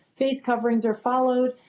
face coverings are followed.